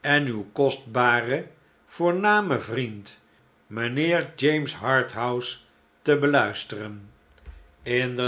en uw kostbaren voornamen vriend mijnheer james harthouse te beluisteren inderdaad